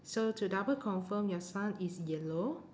so to double confirm your sun is yellow